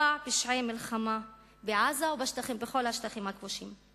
פשעי מלחמה בעזה ובכל השטחים הכבושים.